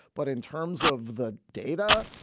but in terms of the data,